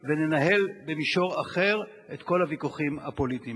וננהל במישור אחר את כל הוויכוחים הפוליטיים שלנו.